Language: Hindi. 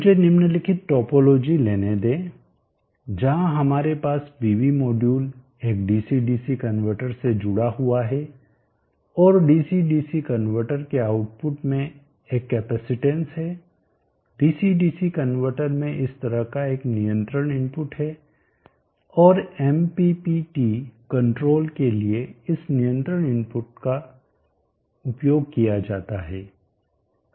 मुझे निम्नलिखित टोपोलॉजी लेने दें जहां हमारे पास पीवी मॉड्यूल एक डीसी डीसी कनवर्टर से जुड़ा हुआ है और डीसी डीसी कनवर्टर के आउटपुट में एक कैपेसिटेंस है डीसी डीसी कनवर्टर में इस तरह का एक नियंत्रण इनपुट है और MPPT कंट्रोल के लिए इस नियंत्रण इनपुट का उपयोग किया जाता है